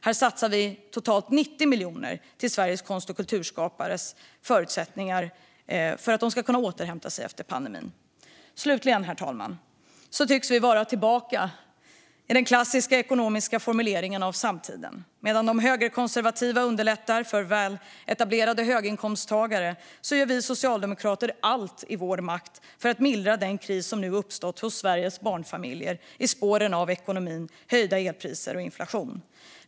Här satsar vi totalt 90 miljoner för att Sveriges konst och kulturskapare ska kunna återhämta sig. Herr talman! Vi tycks vara tillbaka i den klassiska ekonomiska formuleringen av samtiden. Medan de högerkonservativa underlättar för väletablerade höginkomsttagare gör vi socialdemokrater allt i vår makt för att mildra den kris som nu uppstått hos Sveriges barnfamiljer i spåren av sämre ekonomi, höjda elpriser och inflation.